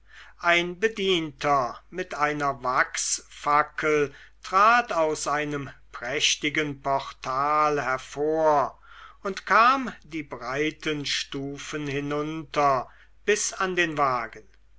ein bedienter mit einer wachsfackel trat aus einem prächtigen portal hervor und kam die breiten stufen hinunter bis an den wagen